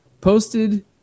posted